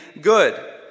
good